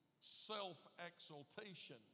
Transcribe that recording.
self-exaltation